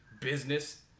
business